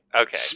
Okay